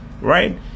right